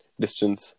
distance